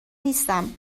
نیستم